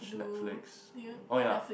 should Netflix oh yeah